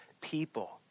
people